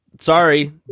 sorry